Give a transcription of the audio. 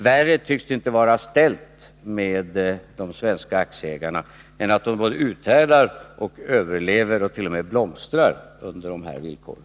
Värre tycks det inte vara ställt med de svenska aktieägarna än att de uthärdar, överlever och t.o.m. blomstrar under de här villkoren.